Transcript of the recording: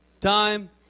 time